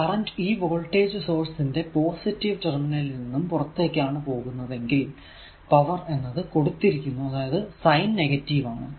current ഈ voltage source ന്റെ positive terminal നിന്നും പുറത്തേക്കാണ് പോകുന്നതെങ്കിൽ പവർ എന്നത് കൊടുത്തിരിക്കുന്നു അതായതു സൈൻ നെഗറ്റീവ് ആണ്